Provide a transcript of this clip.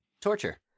torture